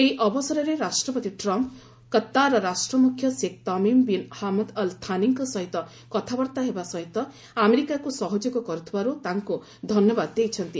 ଏହି ଅବସରରେ ରାଷ୍ଟ୍ରପତି ଟ୍ରମ୍ମ୍ କତ୍ତାରର ରାଷ୍ଟ୍ରମୁଖ୍ୟ Sheikh Tamim bin Hamad Al ଥାନିଙ୍କ ସହିତ କଥାବାର୍ତ୍ତା ହେବା ସହିତ ଆମେରିକାକୁ ସହଯୋଗ କରିଥିବାରୁ ତାଙ୍କୁ ଧନ୍ୟବାଦ ଦେଇଛନ୍ତି